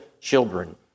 children